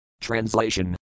Translation